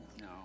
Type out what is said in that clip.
No